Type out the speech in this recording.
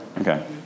Okay